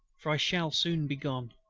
for i shall soon be gone.